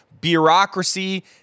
bureaucracy